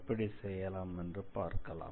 எப்படி செய்யலாம் என்று பார்க்கலாம்